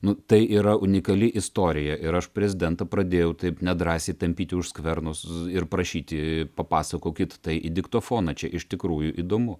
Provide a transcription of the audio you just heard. nu tai yra unikali istorija ir aš prezidentą pradėjau taip nedrąsiai tampyti už skverno ir prašyti papasakokit tai į diktofoną čia iš tikrųjų įdomu